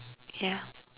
yeah